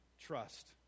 trust